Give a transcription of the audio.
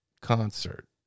concert